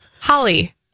Holly